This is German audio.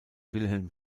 wilhelm